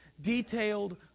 detailed